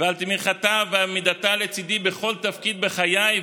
ועל תמיכתה ועמידתה לצידי בכל תפקיד בחיי,